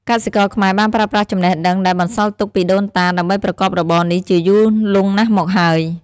កសិករខ្មែរបានប្រើប្រាស់ចំណេះដឹងដែលបន្សល់ទុកពីដូនតាដើម្បីប្រកបរបរនេះជាយូរលង់ណាស់មកហើយ។